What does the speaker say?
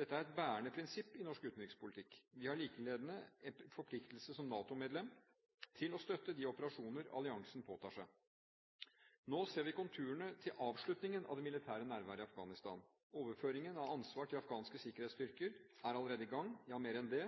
Dette er et bærende prinsipp i norsk utenrikspolitikk. Vi har likeledes en forpliktelse som NATO-medlem til å støtte de operasjoner alliansen påtar seg. Nå ser vi konturene til avslutningen av det militære nærværet i Afghanistan. Overføringen av ansvar til afghanske sikkerhetsstyrker er allerede i gang. Ja, mer enn det: